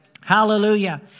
Hallelujah